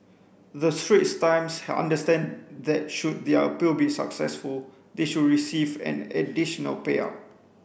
the Straits Times understand that should their appeal be successful they should receive an additional payout